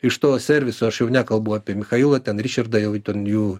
iš to serviso aš jau nekalbu apie michailą ten ričardą jau ten jų